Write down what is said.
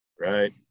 Right